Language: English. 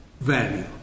value